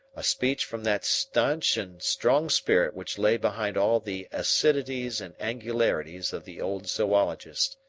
a speech from that stanch and strong spirit which lay behind all the acidities and angularities of the old zoologist.